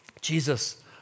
Jesus